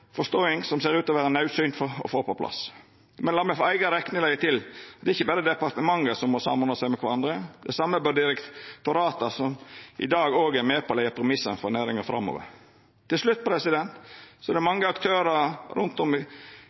forståing, som ser ut til å vera naudsynt å få på plass. Men la meg for eiga rekning leggja til: Det er ikkje berre departementa som må samordna seg med kvarandre, det same bør direktorata som i dag òg er med på å leggja premissa for næringa framover. Til slutt: Det er mange aktørar rundt omkring i det langstrakte landet vårt som står klare og ynskjer å vera med i